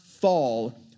fall